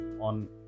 On